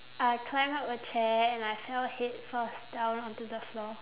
I climbed up a chair and I fell head-first down onto the floor